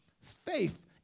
faith